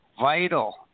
vital